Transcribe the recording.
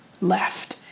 left